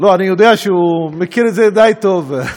אני יודע שהוא מכיר את זה די טוב.